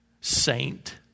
saint